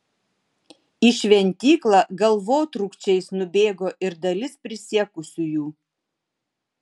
į šventyklą galvotrūkčiais nubėgo ir dalis prisiekusiųjų